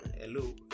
hello